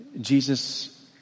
Jesus